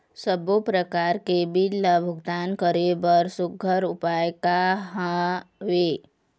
सबों प्रकार के बिल ला भुगतान करे बर सुघ्घर उपाय का हा वे?